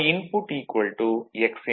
Pfl Wi x2